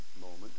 moment